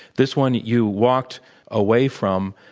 this one, you walked away from.